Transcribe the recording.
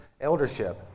eldership